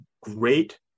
great